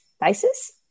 basis